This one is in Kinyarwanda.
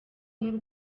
n’u